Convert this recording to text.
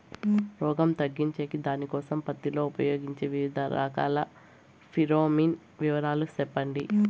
రోగం తగ్గించేకి దానికోసం పత్తి లో ఉపయోగించే వివిధ రకాల ఫిరోమిన్ వివరాలు సెప్పండి